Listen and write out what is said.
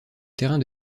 terrain